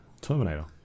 Terminator